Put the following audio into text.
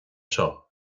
seo